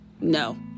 no